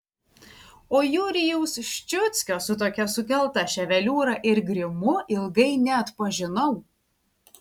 o jurijaus ščiuckio su tokia sukelta ševeliūra ir grimu ilgai neatpažinau